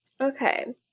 Okay